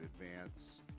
advance